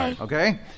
Okay